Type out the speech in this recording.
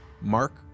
Mark